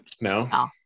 No